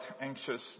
anxious